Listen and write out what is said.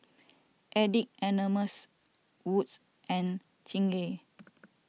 Addicts Anonymous Wood's and Chingay